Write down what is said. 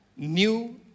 New